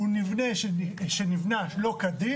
הוא מבנה שנבנה שלא כדין.